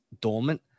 dormant